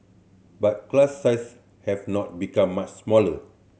but class size have not become much smaller